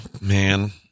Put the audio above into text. man